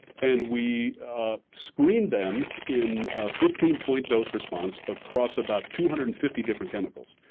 and we screened them in a fifteen point dose response across about two hundred and fifty different chemicals.